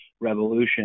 revolution